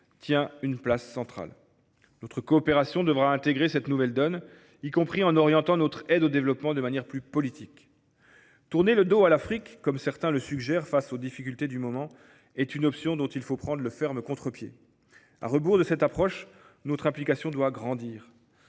tient une place centrale. Notre coopération devra intégrer cette nouvelle donne, y compris en orientant notre aide au développement de manière plus politique. Tourner le dos à l’Afrique, comme certains le suggèrent face aux difficultés du moment, est une option dont il faut prendre le ferme contre pied. À rebours de cette approche, notre implication doit grandir.